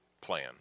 plan